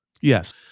Yes